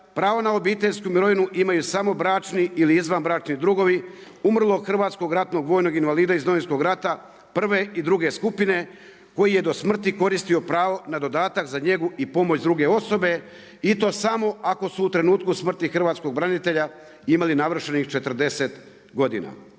pravo na obiteljsku mirovinu imaju samo bračni ili izvanbračni drugovi umrlog hrvatskog ratnog vojnog invalida iz Domovinskog rata prve i druge skupine koji je do smrti koristio pravo na dodatak za njegu i pomoć druge osobe i to samo ako su u trenutku smrti hrvatskog branitelja imali navršenih 40 godina.